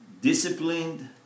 disciplined